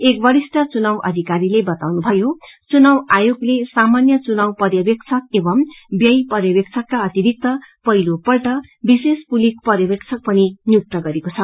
एक वरिष्ठ चुनाव अधीकारीले बाताउनुभयो चुनाव आयोगले सामान्य चुनाव पर्यवेक्षक एवम् व्स पर्यवेक्षकका अतिरिक्त पहिलोपल्ट विशेष पुलिस पर्यवेक्षक पनि नियुक्त गरेको छ